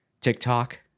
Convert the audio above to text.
TikTok